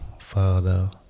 Father